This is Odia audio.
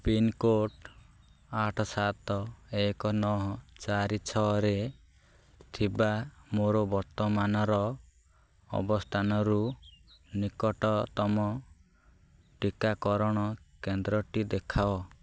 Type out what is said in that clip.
ପିନ୍କୋଡ଼୍ ଆଠ ସାତ ଏକ ନଅ ଚାରି ଛଅରେ ଥିବା ମୋର ବର୍ତ୍ତମାନର ଅବସ୍ଥାନରୁ ନିକଟତମ ଟିକାକରଣ କେନ୍ଦ୍ରଟି ଦେଖାଅ